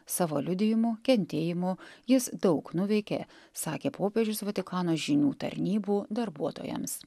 savo liudijimu kentėjimu jis daug nuveikė sakė popiežius vatikano žinių tarnybų darbuotojams